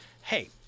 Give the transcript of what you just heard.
hey